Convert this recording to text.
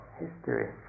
history